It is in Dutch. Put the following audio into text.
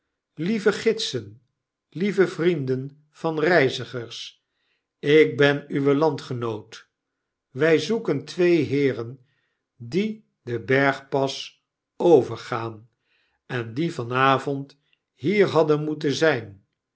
lieve gidsen lieve vrienden van reizigers ik ben uwe landgenoot wij zoeken twee heeren die den bergpas overgaaii en die van avond hier hadden moeten zgnl